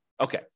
Okay